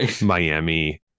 Miami